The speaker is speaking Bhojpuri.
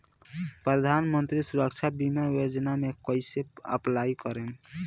प्रधानमंत्री सुरक्षा बीमा योजना मे कैसे अप्लाई करेम?